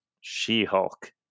She-Hulk